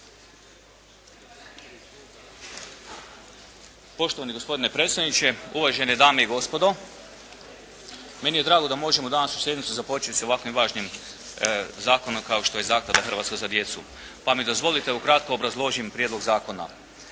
Poštovani gospodine predsjedniče, uvažene dame i gospodo. Meni je drago da možemo današnju sjednicu započeti sa ovakvim važnim zakonom kao što je Zaklada "Hrvatska za djecu". Pa mi dozvolite da kratko obrazložim prijedlog zakona.